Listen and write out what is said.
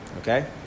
Okay